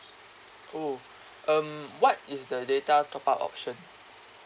oh um what is the data top up option